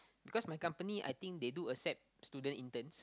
because my company I think they do accept student interns